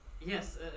Yes